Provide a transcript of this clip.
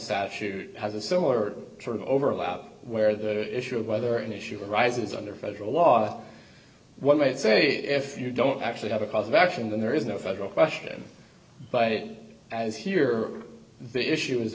saturated has a similar sort of overlap where the issue of whether an issue arises under federal law one might say if you don't actually have a cause of action then there is no federal question but it as here the issue is